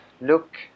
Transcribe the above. look